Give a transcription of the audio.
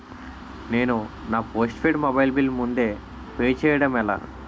నేను నా postpaid mobile bill ముందే పే చేయడం ఎలా?